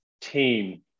team